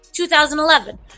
2011